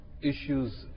issues